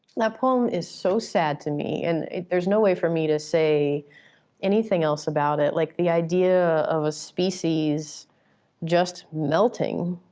that poem is so sad to me, and there's no way for me to say anything else about it. like the idea of a species just melting.